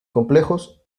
complejos